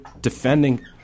defending